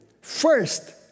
First